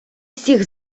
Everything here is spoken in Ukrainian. всіх